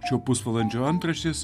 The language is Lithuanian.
šio pusvalandžio antraštės